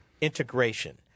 integration